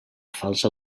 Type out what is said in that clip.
falsa